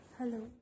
Hello